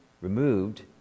removed